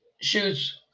shoots